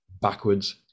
backwards